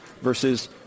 versus